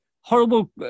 horrible